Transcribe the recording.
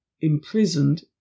imprisoned